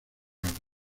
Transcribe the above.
agua